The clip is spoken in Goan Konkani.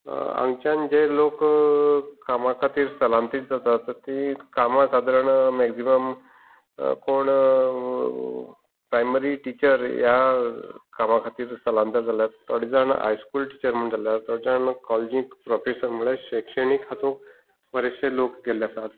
हांगाच्यान जे लोक कामा खातीर स्थलांतरीत जातात तीं कामा आसात कारण मॅक्जिमम कोण प्रायमरी टिचर ह्या कामा खातीर स्थलांतरीत जाल्यात थोडे जाण हाय स्कूल टिचर म्हूण जाल्यात थोडे जाण कॉलेजींत प्रोफेसर म्हणल्यार शैक्षणीक हातूंत बरेचशे लोक गेल्ले आसात